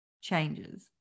changes